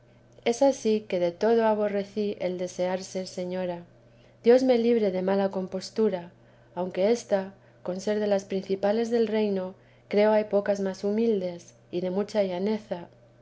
es ansí que del todo aborrecí el desear ser señora dios me libre de mala compostura aunque ésta con ser de lac principales del reino creo hay pocas más humildes y de mucha llaneza